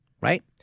right